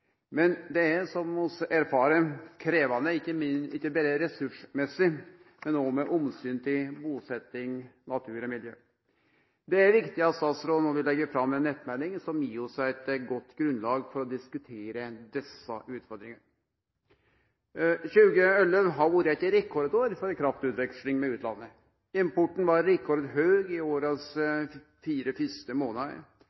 Men det er, som vi erfarer, krevjande, ikkje berre ressursmessig, men òg med omsyn til busetjing, natur og miljø. Det er viktig at statsråden no vil leggje fram ei nettmelding som gir oss eit godt grunnlag for å diskutere desse utfordringane. 2011 har vore eit rekordår for kraftutveksling med utlandet. Importen var rekordhøg i årets